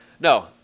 no